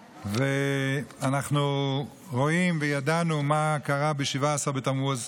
ואנחנו רואים וידענו מה קרה ב-17 בתמוז.